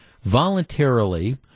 voluntarily